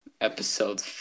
Episode